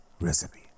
recipe